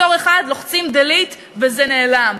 כפתור אחד, לוחצים delete וזה נעלם.